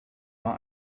war